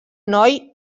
noi